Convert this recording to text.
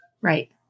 Right